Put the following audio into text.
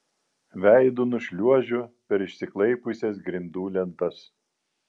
veidu nušliuožiu per išsiklaipiusias grindų lentas